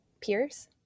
peers